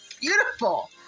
beautiful